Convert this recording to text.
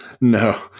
No